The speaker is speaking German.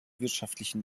wirtschaftlichen